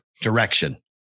direction